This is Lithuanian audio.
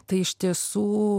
tai iš tiesų